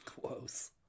Close